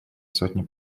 сотни